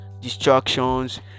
distractions